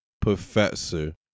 professor